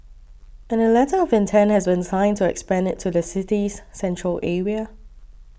and a letter of intent has been signed to expand it to the city's central area